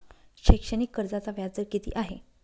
शैक्षणिक कर्जाचा व्याजदर किती आहे?